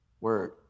word